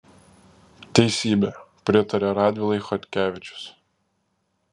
teisybė pritaria radvilai chodkevičius